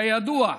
כידוע,